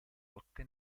rotte